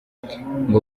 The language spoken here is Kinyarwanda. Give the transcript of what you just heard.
ngo